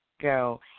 go